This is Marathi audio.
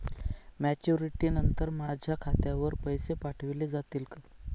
मॅच्युरिटी नंतर माझ्या खात्यावर पैसे पाठविले जातील?